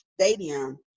stadium